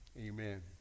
amen